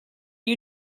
you